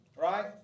Right